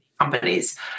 companies